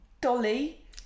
Dolly